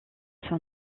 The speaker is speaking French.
son